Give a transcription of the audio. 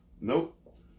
Nope